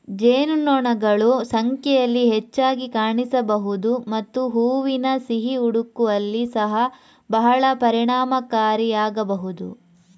ಜೇನುನೊಣಗಳು ಸಂಖ್ಯೆಯಲ್ಲಿ ಹೆಚ್ಚಾಗಿ ಕಾಣಿಸಬಹುದು ಮತ್ತು ಹೂವಿನ ಸಿಹಿ ಹುಡುಕುವಲ್ಲಿ ಸಹ ಬಹಳ ಪರಿಣಾಮಕಾರಿಯಾಗಬಹುದು